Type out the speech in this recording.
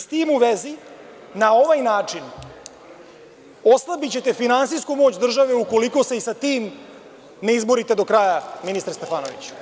Sa tim u vezi, na ovaj način, oslabićete finansijsku moć države, ukoliko se i sa tim ne izborite do kraja, ministre Stefanoviću.